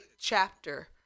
chapter